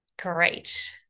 great